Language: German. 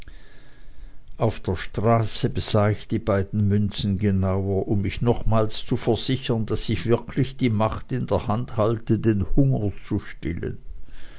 auf der straße besah ich die beiden münzen genauer um mich nochmals zu versichern daß ich wirklich die macht in der hand halte den hunger zu stillen